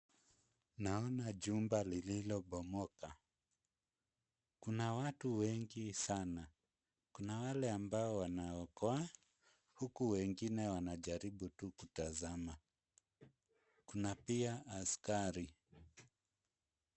Naona jumba lililobomoka. Kuna watu wengi sana. Kuna wale ambao wanaokoa huku wengine wanajaribu tu kutazama. Kuna pia askari.